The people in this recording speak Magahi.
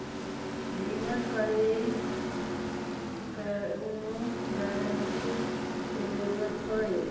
बिमा करबी कैउनो गारंटर की जरूरत होई?